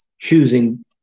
choosing